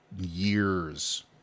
years